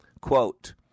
Quote